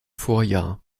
vorjahr